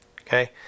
Okay